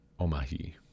omahi